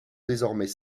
désormais